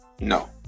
no